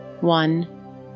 One